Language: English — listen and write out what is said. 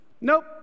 Nope